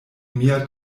mia